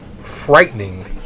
frightening